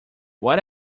what